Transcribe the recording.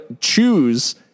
choose